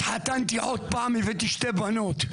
התחתנתי עוד פעם הבאתי שתי בנות,